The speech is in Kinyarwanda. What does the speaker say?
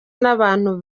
n’abantu